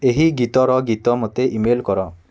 ଏହି ଗୀତର ଗୀତ ମୋତେ ଇମେଲ୍ କର